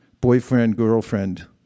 boyfriend-girlfriend